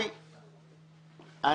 אני